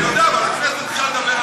אני יודע, אבל בכנסת אפשר לדבר על הכול.